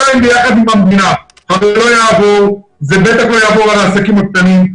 זה לא יעבור ובטח לא יעבור על העסקים הקטנים.